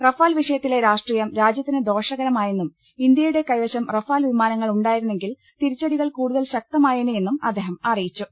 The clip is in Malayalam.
റഫാൽ വിഷയത്തിലെ രാഷ്ട്രീയം രാജ്യത്തിന് ദോഷകരമായെന്നും ഇന്ത്യയുടെ കൈവശം റഫാൽ വിമാനങ്ങൾ ഉണ്ടായിരുന്നെങ്കിൽ തിരിച്ചടികൾ കൂടുതൽ ശക്തമായേനേയെന്നും അദ്ദേഹം അറിയി ച്ചു